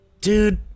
Dude